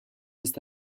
ist